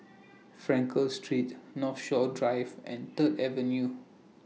Frankel Street Northshore Drive and Third Avenue